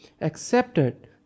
accepted